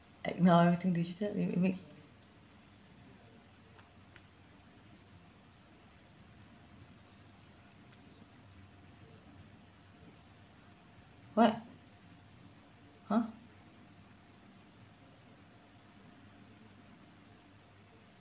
like now everything digital it makes what !huh!